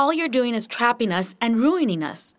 all you're doing is trapping us and ruining us